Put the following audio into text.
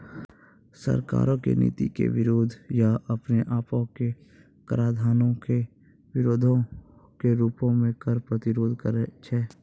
सरकारो के नीति के विरोध या अपने आपो मे कराधानो के विरोधो के रूपो मे कर प्रतिरोध करै छै